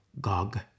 Gog